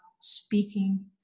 speaking